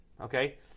okay